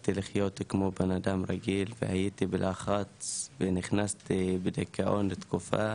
והתחלתי לחיות כמו בנאדם רגיל והייתי בלחץ ונכנסתי לדיכאון לתקופה